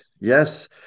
Yes